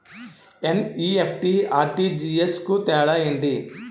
NEFT, RTGS కు తేడా ఏంటి?